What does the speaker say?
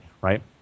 right